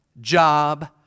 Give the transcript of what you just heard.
Job